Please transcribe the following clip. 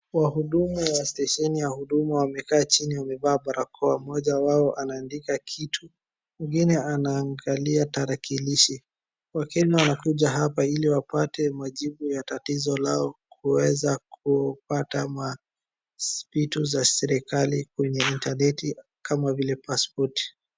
Wahudumu wa stesheni ya huduma wamekaa chini wamevaa barakoa . Mmoja wao anaandika kitu, mwingine anaangalia tarakilishi. Wakenya wanakuja hapa ili wapate majibu ya tatizo lao kuweza kupata mapiti za serikali kwenye intaneti kama vile pasipoti.